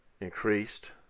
increased